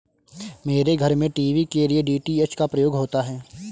मेरे घर में टीवी के लिए डी.टी.एच का प्रयोग होता है